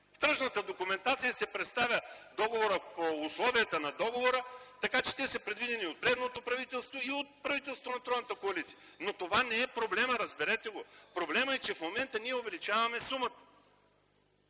В тръжната документация се представя договорът по условията на договора, така че те са предвидени от предното правителство и от правителството на тройната коалиция. Но това не е проблемът, разберете го, проблемът е, че в момента ние увеличаваме сумата